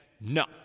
no